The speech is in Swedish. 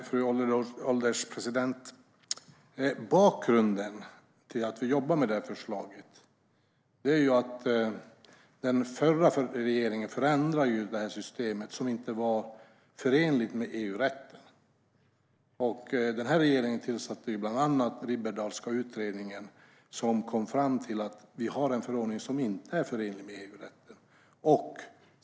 Fru ålderspresident! Bakgrunden till att vi jobbar med det här förslaget är att den förra regeringen förändrade det här systemet på ett sätt som inte var förenligt med EU-rätten. Den här regeringen tillsatte bland annat Riberdahlska utredningen som kom fram till att vi har en förordning som inte är förenlig med EU-rätten.